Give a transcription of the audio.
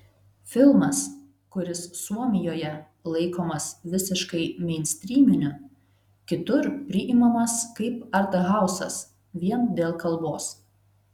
filmas kuris suomijoje laikomas visiškai meinstryminiu kitur priimamas kaip arthausas vien dėl kalbos